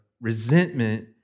resentment